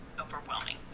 overwhelming